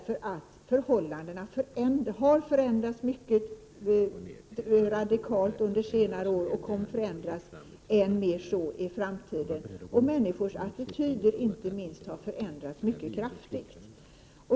Förhållanderna har förändrats mycket radikalt under senare år, och de kommer att förändras än mer i framtiden. Inte minst människors attityder har förändrats mycket kraftigt.